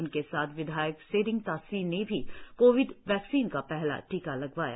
उनके साथ विधायक सेरिंग तासी ने भी कोविड वैक्सीन का पहला टीका लगवाया